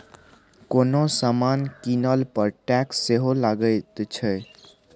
कोनो समान कीनला पर टैक्स सेहो लगैत छै